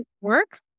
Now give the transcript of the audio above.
work